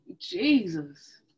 Jesus